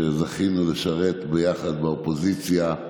שזכינו לשרת ביחד באופוזיציה,